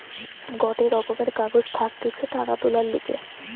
গটে রকমের কাগজ থাকতিছে টাকা তুলার লিগে